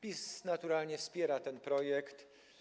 PiS naturalnie wspiera ten projekt.